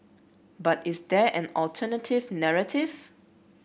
but is there an alternative narrative